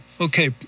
Okay